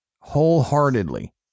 wholeheartedly